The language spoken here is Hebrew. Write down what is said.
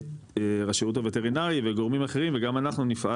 שהשירות הווטרינרי וגורמים אחרים וגם אנחנו נפעל